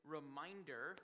Reminder